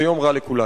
זה יום רע לכולנו.